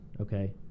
okay